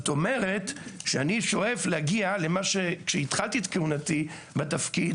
אני שואף להגיע למה שהיה כשהתחלתי את כהונתי בתפקיד: